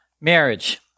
marriage